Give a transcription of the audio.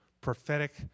prophetic